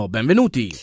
Benvenuti